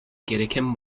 gereken